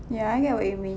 ya I get what you mean